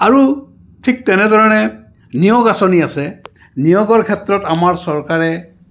আৰু ঠিক তেনেধৰণে নিয়োগ আঁচনি আছে নিয়োগৰ ক্ষেত্ৰত আমাৰ চৰকাৰে